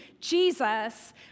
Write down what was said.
Jesus